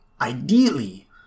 Ideally